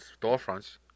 storefronts